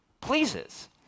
pleases